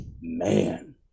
Man